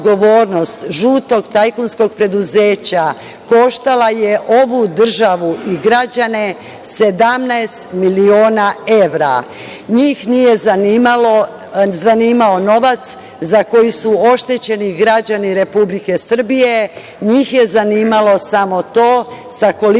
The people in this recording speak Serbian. žutog tajkunskog preduzeća, koštala je ovu državu i građane 17 miliona evra. NJih nije zanimao novac za koji su oštećeni građani Republike Srbije, njih je zanimalo samo to sa koliko